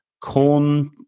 Corn